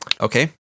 Okay